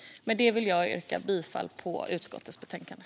Med det vill jag yrka bifall till utskottets förslag i betänkandet.